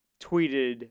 tweeted